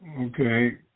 Okay